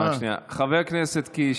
חבר כנסת קיש,